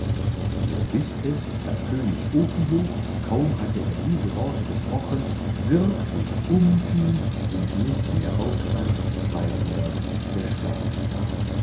ihr wißt es daß könig ophioch kaum hatte er diese worte gesprochen wirklich um fiel und nicht mehr aufstand weil er gestorben war